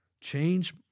Change